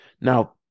Now